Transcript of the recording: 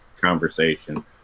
conversation